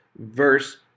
verse